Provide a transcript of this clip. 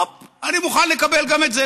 הופ, אני מוכן לקבל גם את זה.